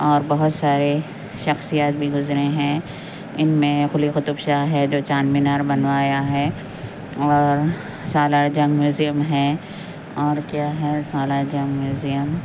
اور بہت سارے شخصیت بھی گزرے ہیں ان میں قلی قطب شاہ ہے جو چار مینار بنوایا ہے اور سالار جنگ میوزیم ہے اور کیا ہے سالار جنگ میوزیم